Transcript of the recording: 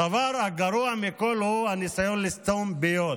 הדבר הגרוע מכול הוא הניסיון לסתום פיות.